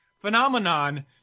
phenomenon